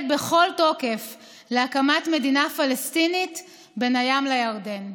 בכל תוקף להקמת מדינה פלסטינית בין הים לירדן.